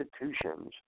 institutions